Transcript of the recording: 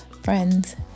Friends